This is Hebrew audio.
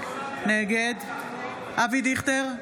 נגד אבי דיכטר,